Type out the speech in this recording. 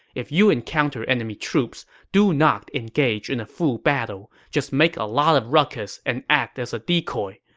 if you encounter enemy troops, do not engage in a full battle. just make a lot of ruckus and act as a decoy.